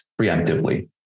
preemptively